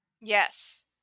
Yes